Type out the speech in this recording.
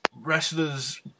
wrestlers